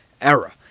era